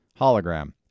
hologram